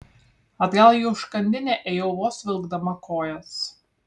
atgal į užkandinę ėjau vos vilkdama kojas